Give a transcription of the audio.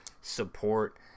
support